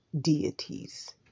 deities